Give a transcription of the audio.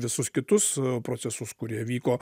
visus kitus procesus kurie vyko